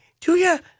Julia